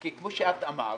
כי כמו שאת אמרת,